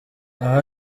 aho